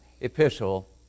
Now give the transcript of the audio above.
epistle